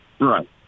right